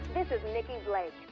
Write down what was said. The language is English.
this is nicki blake.